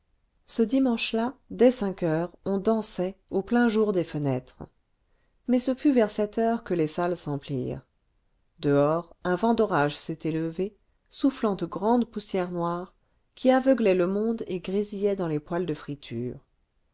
ce dimanche-là dès cinq heures on dansait au plein jour des fenêtres mais ce fut vers sept heures que les salles s'emplirent dehors un vent d'orage s'était levé soufflant de grandes poussières noires qui aveuglaient le monde et grésillaient dans les poêles de friture